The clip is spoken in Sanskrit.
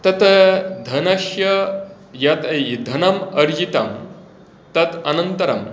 तत् धनस्य यत् धनम् अर्जितं तत् अनन्तरं